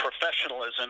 professionalism